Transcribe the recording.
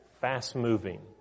fast-moving